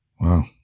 Wow